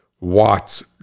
watts